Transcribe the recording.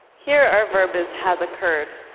here our verb is, has occurred,